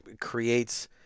creates